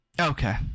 Okay